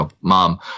mom